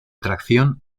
tracción